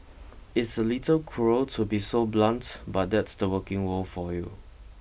it's a little cruel to be so blunt but that's the working world for you